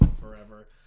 forever